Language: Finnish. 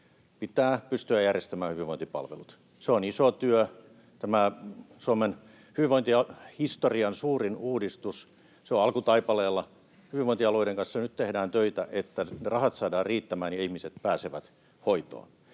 pitää pystyä järjestämään hyvinvointipalvelut. Se on iso työ. Tämä Suomen hyvinvointihistorian suurin uudistus on alkutaipaleella. Hyvinvointialueiden kanssa nyt tehdään töitä, että ne rahat saadaan riittämään ja ihmiset pääsevät hoitoon.